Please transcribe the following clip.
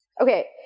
Okay